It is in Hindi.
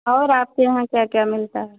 और आपके यहाँ क्या क्या मिलता है